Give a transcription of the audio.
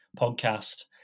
podcast